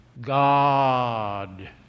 God